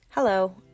Hello